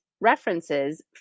references